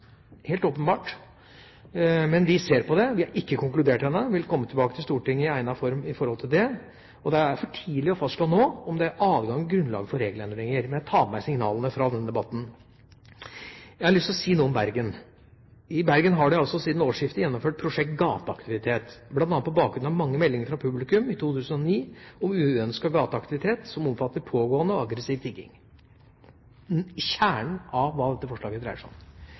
helt åpenbart! Men vi ser på det – vi har ikke konkludert ennå, og vi vil komme tilbake til Stortinget i egnet form. Det er for tidlig å fastslå nå om det er adgang og grunnlag for regelendringer, men jeg tar med meg signalene fra denne debatten. Jeg har lyst til å si noe om Bergen. I Bergen har de altså siden årsskiftet gjennomført et prosjekt som gjelder gateaktivitet, bl.a. på bakgrunn av mange meldinger fra publikum i 2009 om uønsket gateaktivitet som omfattet pågående og aggressiv tigging – kjernen av hva dette forslaget dreier seg om.